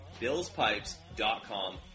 Billspipes.com